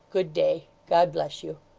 good day. god bless you